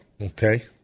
Okay